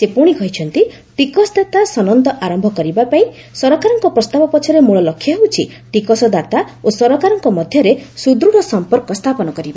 ସେ ପୁଶି କହିଛନ୍ତି ଟିକସଦାତା ସନନ୍ଦ ଆରମ୍ଭ କରିବା ପାଇଁ ସରକାରଙ୍କ ପ୍ରସ୍ତାବ ପଛରେ ମଳଲକ୍ଷ୍ୟ ହେଉଛି ଟିକସଦାତା ଓ ସରକାରଙ୍କ ମଧ୍ୟରେ ସୁଦୃତ୍ ସମ୍ପର୍କ ସ୍ଥାପନ କରିବା